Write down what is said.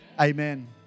Amen